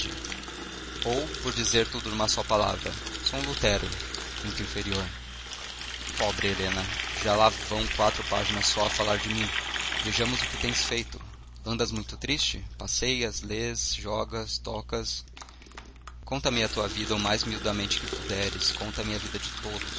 ou por dizer tudo numa só palavra sou um utero muito inferior pobre helena já lá vão quatro páginas só a falar de mim vejamos o que tens feito andas muito triste passeias lês jogas tocas conta-me a tua vida o mais miudamente que puderes conta-me a vida de todos